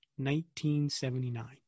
1979